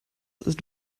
ist